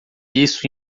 isso